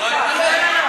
בוועדת חוקה.